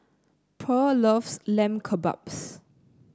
Purl loves Lamb Kebabs